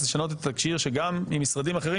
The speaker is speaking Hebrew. יש עליי יותר סייגים מאשר לאזרח מן השורה,